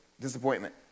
disappointment